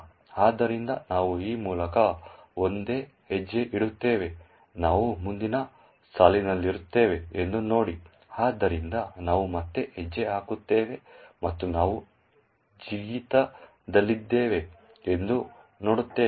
ಆದ್ದರಿಂದ ನಾವು ಈ ಮೂಲಕ ಒಂದೇ ಹೆಜ್ಜೆ ಇಡುತ್ತೇವೆ ನಾವು ಮುಂದಿನ ಸಾಲಿನಲ್ಲಿರುತ್ತೇವೆ ಎಂದು ನೋಡಿ ಆದ್ದರಿಂದ ನಾವು ಮತ್ತೆ ಹೆಜ್ಜೆ ಹಾಕುತ್ತೇವೆ ಮತ್ತು ನಾವು ಜಿಗಿತದಲ್ಲಿದ್ದೇವೆ ಎಂದು ನೋಡುತ್ತೇವೆ